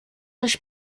euch